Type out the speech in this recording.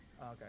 okay